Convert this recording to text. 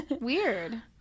weird